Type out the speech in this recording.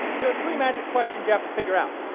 there are three magic questions you have to figure out.